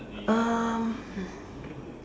um